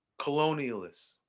colonialists